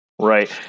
Right